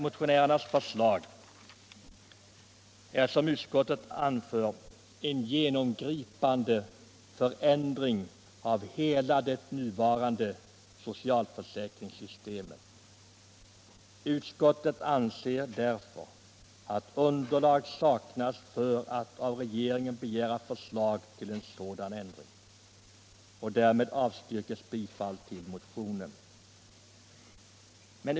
Motionärernas förslag innebär, som utskottet anför, en genomgripande ändring av hela det nuvarande socialförsäkringssystemet. Utskottet anser därför att underlag saknas att av regeringen begära förslag till en sådan ändring. Därmed avstyrks bifall till motionen.